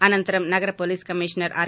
అనంతరం నగర police commissioner are